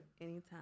Anytime